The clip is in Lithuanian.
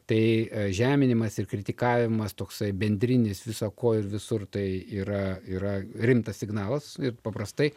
tai žeminimas ir kritikavimas toksai bendrinis visa ko ir visur tai yra yra rimtas signalas ir paprastai